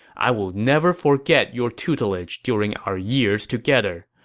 i will never forget your tutelage during our years together.